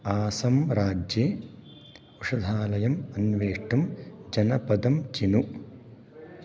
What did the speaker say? आसं राज्ये औषधालयम् अन्वेष्टुं जनपदं चिनु